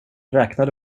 räknade